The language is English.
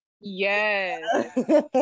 yes